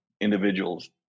individuals